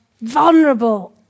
vulnerable